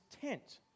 tent